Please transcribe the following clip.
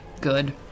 Good